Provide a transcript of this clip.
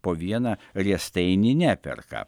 po vieną riestainį neperka